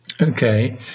Okay